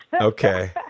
okay